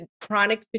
chronic